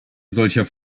solcher